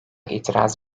itiraz